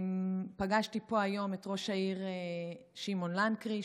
פגשתי פה היום את ראש העיר שמעון לנקרי,